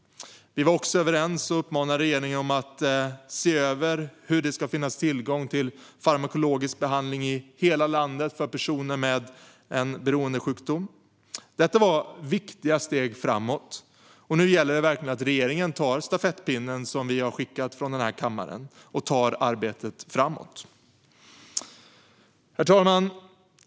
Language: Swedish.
Vi var också överens om att uppmana regeringen att se över hur det ska finnas tillgång till farmakologisk behandling i hela landet för personer med beroendesjukdom. Detta var viktiga steg framåt, och nu gäller det verkligen att regeringen tar den stafettpinne som vi har skickat från den här kammaren och driver arbetet framåt. Herr talman!